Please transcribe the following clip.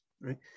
right